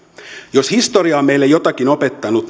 jos historia on meille jotakin opettanut